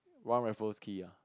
One Raffles Quay ah